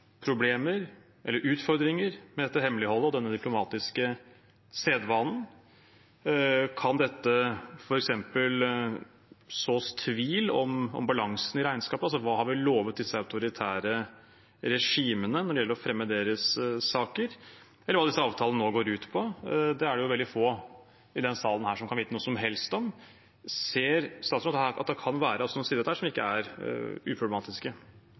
problemer eller utfordringer med dette hemmeligholdet og denne diplomatiske sedvanen? Kan dette f.eks. så tvil om balansen i regnskapet? Altså: Hva har vi lovet disse autoritære regimene når det gjelder å fremme deres saker, eller hva disse avtalene nå går ut på? Det er det veldig få i denne salen som kan vite noe som helst om. Ser utenriksministeren at det kan være noen sider her som ikke er